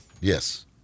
Yes